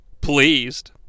pleased